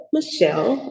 Michelle